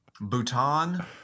Bhutan